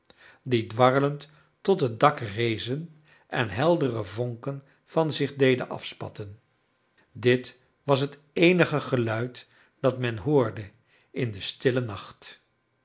die dwarrelend tot het dak rezen en heldere vonken van zich deden afspatten dit was het eenige geluid dat men hoorde in den stillen nacht